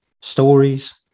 stories